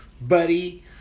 buddy